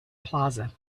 plaza